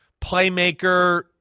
playmaker